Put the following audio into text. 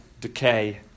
decay